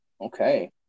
Okay